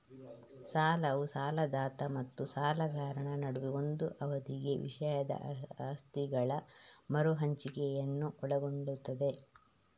ಸಾಲವು ಸಾಲದಾತ ಮತ್ತು ಸಾಲಗಾರನ ನಡುವೆ ಒಂದು ಅವಧಿಗೆ ವಿಷಯದ ಆಸ್ತಿಗಳ ಮರು ಹಂಚಿಕೆಯನ್ನು ಒಳಗೊಳ್ಳುತ್ತದೆ